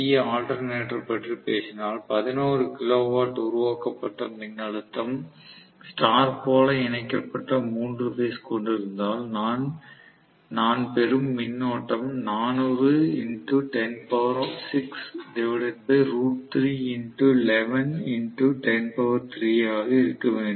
ஏ alternator பற்றி பேசினால் 11 kilovolt உருவாக்கப்பட்ட மின்னழுத்தம் ஸ்டார் போல இணைக்கப்பட்ட மூன்று பேஸ் கொண்டிருந்தால் நான் பெரும் மின்னோட்டம் ஆக இருக்க வேண்டும்